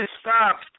stop